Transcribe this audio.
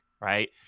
right